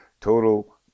Total